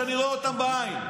שאני רואה אותם בעין.